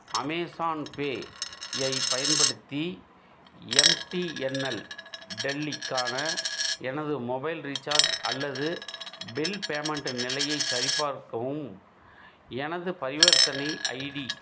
Amazon Pay ஐப் பயன்படுத்தி MTNL டெல்லிக்கான எனது மொபைல் ரீசார்ஜ் அல்லது பில் பேமெண்ட்டு நிலையைச் சரிபார்க்கவும் எனது பரிவர்த்தனை ஐடி